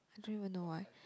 I don't even know why